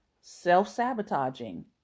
Self-sabotaging